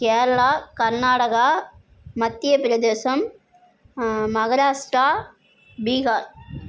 Kerala Karnataka Madhya Pradesh Maharashtra Bihar